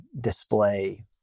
display